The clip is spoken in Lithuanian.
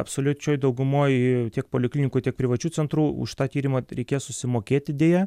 absoliučioj daugumoj tiek poliklinikų tiek privačių centrų už tą tyrimą reikės susimokėti deja